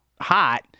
hot